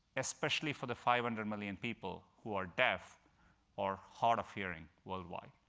especially for the five hundred million people who are deaf or hard of hearing worldwide.